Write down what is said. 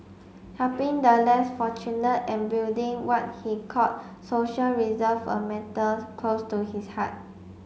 helping the less fortunate and building what he called social reserve were matters close to his heart